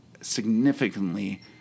significantly